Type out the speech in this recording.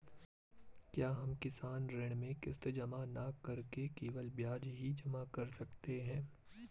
क्या हम किसान ऋण में किश्त जमा न करके केवल ब्याज ही जमा कर सकते हैं?